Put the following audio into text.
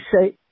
say –